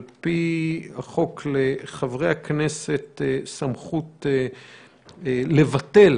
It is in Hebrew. על-פי החוק, לחברי הכנסת סמכות לבטל